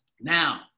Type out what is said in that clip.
Now